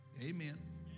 Amen